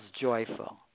joyful